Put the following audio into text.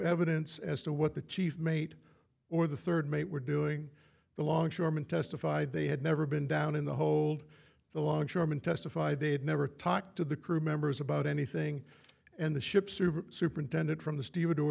evidence as to what the chief mate or the third mate were doing the longshoreman testified they had never been down in the hold the longshoreman testify they had never talked to the crew members about anything and the ship's superintendent from the